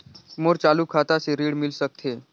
मोर चालू खाता से ऋण मिल सकथे?